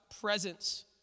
presence